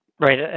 Right